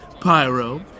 Pyro